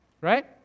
Right